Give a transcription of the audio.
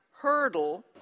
Hurdle